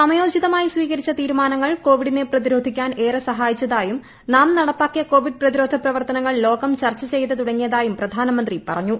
സമയോചി തമായി സ്വീകരിച്ച തീരുമാനങ്ങൾ കോവിഡിനെ പ്രതിരോധി ക്കാൻ ഏറെ സഹായിച്ചതായും നാംപ്പാക്കിയ കോവിഡ് പ്രതിരോധ പ്രവർത്തനങ്ങൾ ലോക്ക് പ്ർച്ച് ചെയ്ത് തുടങ്ങി യതായും പ്രധാനമന്ത്രി പറഞ്ഞു